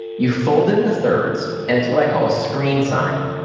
you fold it into thirds, and it's what i call a screen sign.